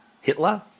Hitler